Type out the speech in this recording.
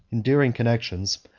endearing connections,